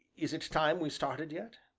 is it time we started yet?